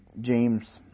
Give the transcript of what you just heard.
James